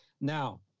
now